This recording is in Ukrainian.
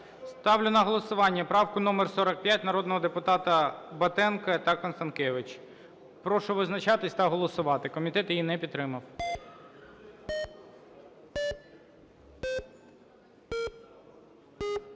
Ставлю на голосування правку номер 45 народного депутата Батенка та Констанкевич. Прошу визначатись та голосувати. Комітет її не підтримав.